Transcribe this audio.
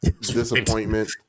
disappointment